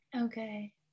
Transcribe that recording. Okay